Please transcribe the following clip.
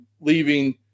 leaving